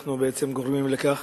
אנחנו גורמים לכך